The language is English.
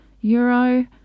euro